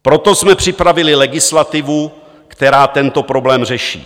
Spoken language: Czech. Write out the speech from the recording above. Proto jsme připravili legislativu, která tento problém řeší.